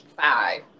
Five